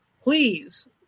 please